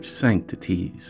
sanctities